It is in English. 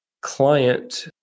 client